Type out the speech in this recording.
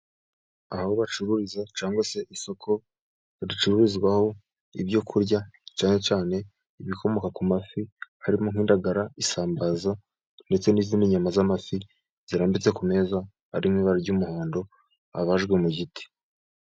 Aho bacururiza cyangwa se isoko ricuruzwamo ibyo kurya cyane cyane ibikomoka ku mafi harimo: nk'indagara, isambaza, ndetse n'izindi. Inyama z'amafi zirambitse ku meza, harimo ibara ry'umuhondo abajwe mu giti.